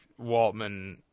Waltman